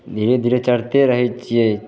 धीरे धीरे चढ़ते रहय छियै